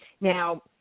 Now